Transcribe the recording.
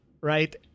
right